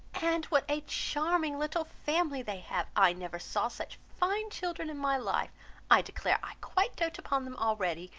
and what a charming little family they have! i never saw such fine children in my life i declare i quite doat upon them already,